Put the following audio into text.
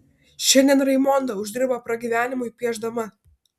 šiandien raimonda uždirba pragyvenimui piešdama